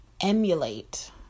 emulate